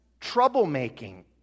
troublemaking